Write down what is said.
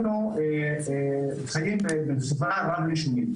אנחנו חיים בסביבה רב-לשונית,